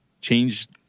changed